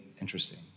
interesting